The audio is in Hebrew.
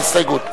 ההסתייגות?